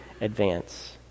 advance